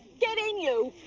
get in, you!